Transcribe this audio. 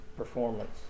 Performance